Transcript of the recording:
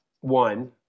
one